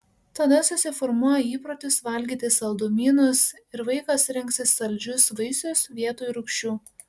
tada susiformuoja įprotis valgyti saldumynus ir vaikas rinksis saldžius vaisius vietoj rūgščių